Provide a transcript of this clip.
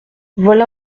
voilà